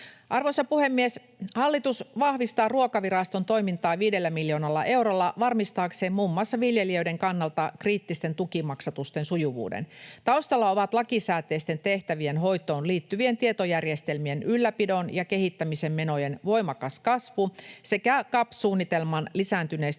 Arvoisa puhemies! Hallitus vahvistaa Ruokaviraston toimintaa viidellä miljoonalla eurolla varmistaakseen muun muassa viljelijöiden kannalta kriittisten tukimaksatusten sujuvuuden. Taustalla ovat lakisääteisten tehtävien hoitoon liittyvien tietojärjestelmien ylläpidon ja kehittämismenojen voimakas kasvu sekä CAP-suunnitelman lisääntyneistä